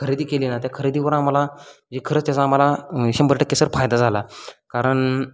खरेदी केली ना त्या खरेदीवर आम्हाला जे खरंच त्याचा आम्हाला शंभर टक्के सर फायदा झाला कारण